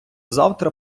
завтра